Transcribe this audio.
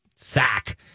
Sack